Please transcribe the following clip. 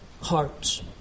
hearts